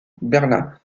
berlin